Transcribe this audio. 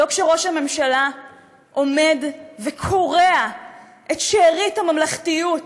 לא כשראש הממשלה עומד וקורע את שארית הממלכתיות לחתיכות,